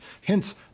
hence